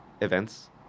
events